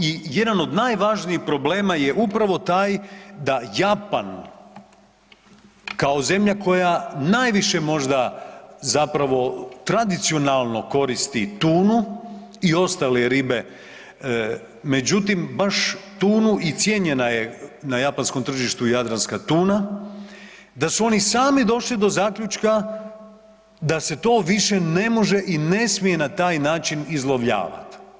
I jedan od najvažnijih problema je upravo taj da Japan kao zemlja koja najviše možda zapravo tradicionalno koristi tunu i ostale ribe, međutim baš tunu i cijenjena je na japanskom tržištu jadranska tuna, da su oni sami došli do zaključka da se to više ne može i ne smije na taj način izlovljavat.